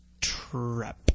trap